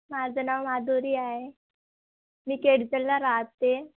माझं नाव माधुरी आहे मी केळझरला राहते